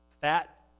fat